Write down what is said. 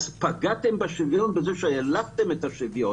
פגעתם בשוויון בזה שהעלבתם את השוויון